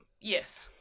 Yes